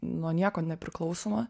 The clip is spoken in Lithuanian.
nuo nieko nepriklausoma